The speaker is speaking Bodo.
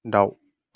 दाउ